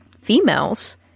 females